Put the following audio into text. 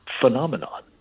phenomenon